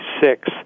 six